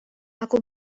aku